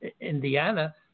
Indiana